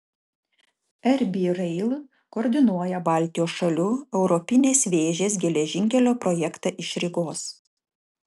rb rail koordinuoja baltijos šalių europinės vėžės geležinkelio projektą iš rygos